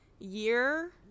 year